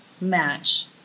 match